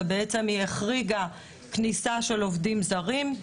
היא בעצם החריגה כניסה של עובדים זרים.